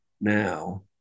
now